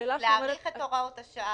להאריך את הוראות השעה?